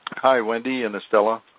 hi, wendy and estella.